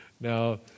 Now